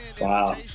Wow